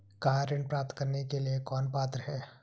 Car ऋण प्राप्त करने के लिए कौन पात्र है?